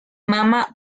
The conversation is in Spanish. mama